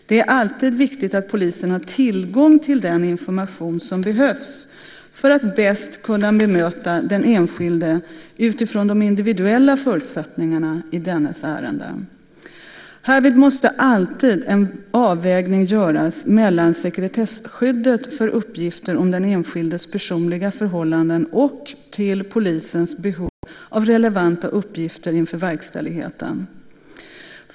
Det är alltid viktigt att polisen har tillgång till den information som behövs för att bäst kunna bemöta den enskilde utifrån de individuella förutsättningarna i dennes ärende. Härvid måste alltid en avvägning göras mellan sekretesskyddet för uppgifter om den enskildes personliga förhållanden och polisens behov av relevanta uppgifter inför verkställigheten.